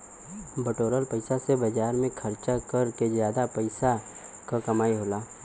बटोरल पइसा से बाजार में खरचा कर के जादा पइसा क कमाई होला